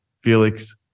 Felix